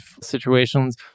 situations